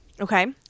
Okay